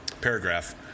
paragraph